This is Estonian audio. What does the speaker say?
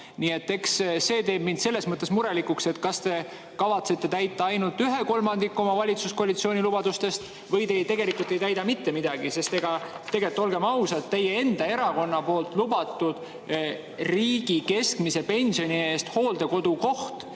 See teeb mind selles mõttes murelikuks, et kas te kavatsete täita ainult ühe kolmandiku valitsuskoalitsiooni lubadustest või te tegelikult ei täida mitte midagi. Ega tegelikult, olgem ausad, teie erakonna lubatud riigi keskmise pensioni eest hooldekodukoht